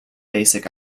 basic